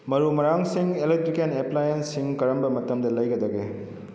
ꯃꯔꯨ ꯃꯔꯥꯡꯁꯤꯡ ꯏꯂꯦꯛꯇ꯭ꯔꯤꯀꯦꯟ ꯑꯦꯄ꯭ꯂꯥꯌꯦꯟꯁꯤꯡ ꯀꯔꯝꯕ ꯃꯇꯝꯗ ꯂꯩꯒꯗꯒꯦ